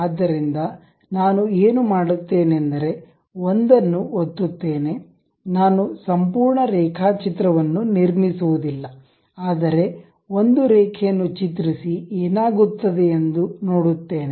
ಆದ್ದರಿಂದ ನಾನು ಏನು ಮಾಡುತ್ತೇನೆಂದರೆ ಒಂದನ್ನು ಒತ್ತುತ್ತೇನೆ ನಾನು ಸಂಪೂರ್ಣ ರೇಖಾಚಿತ್ರ ವನ್ನು ನಿರ್ಮಿಸುವುದಿಲ್ಲ ಆದರೆ ಒಂದು ರೇಖೆಯನ್ನು ಚಿತ್ರಿಸಿ ಏನಾಗುತ್ತದೆ ಎಂದು ನೋಡುತ್ತೇನೆ